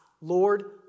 Lord